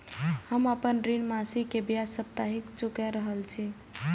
हम आपन ऋण मासिक के ब्याज साप्ताहिक चुका रहल छी